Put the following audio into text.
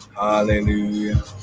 Hallelujah